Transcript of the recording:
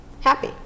happy